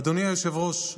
אדוני היושב-ראש,